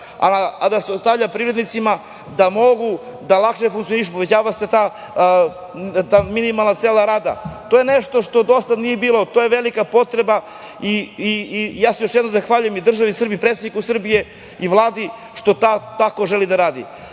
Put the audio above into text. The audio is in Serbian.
a da se ostavlja privrednicima da mogu da lakše funkcionišu, povećava se ta minimalna cena rada. To je nešto što do sada nije bilo, to je velika potreba. Ja se još jednom zahvaljujem i državi Srbiji i predsedniku Srbije i Vladi što tako želi